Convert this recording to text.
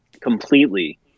completely